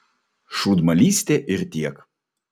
šūdmalystė ir tiek